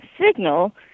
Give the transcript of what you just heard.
signal